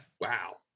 wow